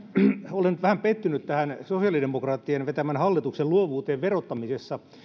olen nyt vähän pettynyt tähän sosiaalidemokraattien vetämän hallituksen luovuuteen verottamisessa